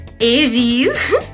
aries